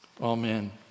Amen